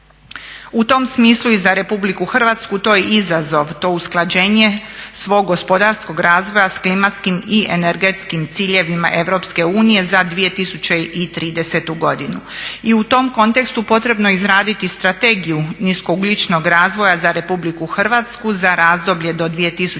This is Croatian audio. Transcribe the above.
U tom smislu i za Republiku Hrvatsku to je izazov, to usklađenje svog gospodarskog razvoja s klimatskim i energetskim ciljevima Europske unije za 2030. godinu i u tom kontekstu potrebno je izraditi Strategiju niskougljičnog razvoja za Republiku Hrvatsku za razdoblje do 2030.